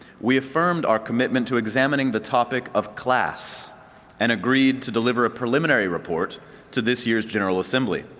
we affirmed our commitment to examineing the topic of class and agreed to deliver a preliminary report to this year's general assembly.